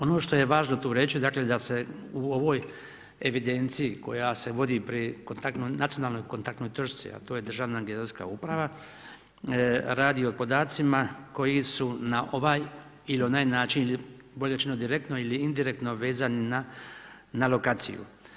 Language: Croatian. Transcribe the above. Ono što je važno tu reći dakle da se u ovoj evidenciji koja se vodi pri nacionalnoj kontaktnoj točci, a to je Državna geodetska uprava radi o podacima koji su na ovaj ili onaj način ili bolje rečeno direktno ili indirektno vezani na lokaciju.